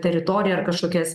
teritoriją ar kažkokias